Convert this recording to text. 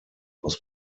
was